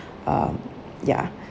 um ya